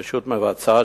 רשות מבצעת,